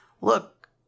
look